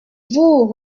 vous